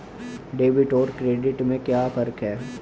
Debit और credit में क्या फर्क है?